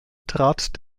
trat